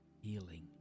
healing